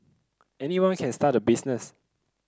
anyone can start a business